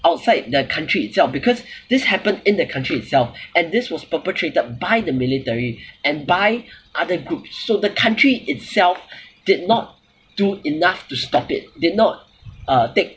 outside the country itself because this happened in the country itself and this was perpetrated by the military and by other groups so the country itself did not do enough to stop it did not uh take